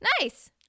nice